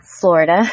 Florida